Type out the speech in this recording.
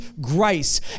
grace